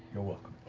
you're welcome.